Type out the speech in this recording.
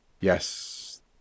Yes